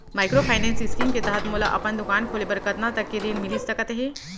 Microfinance scheme के तहत मोला अपन दुकान खोले बर कतना तक के ऋण मिलिस सकत हे?